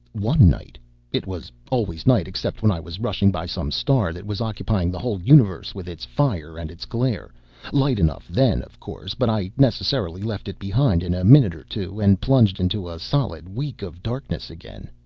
one night it was always night, except when i was rushing by some star that was occupying the whole universe with its fire and its glare light enough then, of course, but i necessarily left it behind in a minute or two and plunged into a solid week of darkness again.